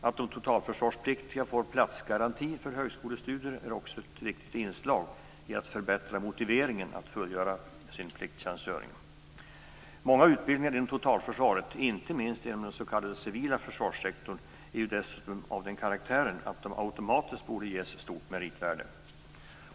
Att de totalförsvarspliktiga får platsgaranti för högskolestudier är ett viktigt inslag i att förbättra motiveringen för att fullgöra plikttjänstgöring. Många utbildningar inom totalförsvaret, inte minst inom den s.k. civila försvarssektorn, har dessutom den karaktären att de automatiskt borde ges stort meritvärde.